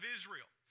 Israel